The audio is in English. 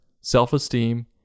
self-esteem